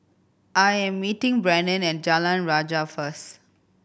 I am meeting Brennon at Jalan Rajah first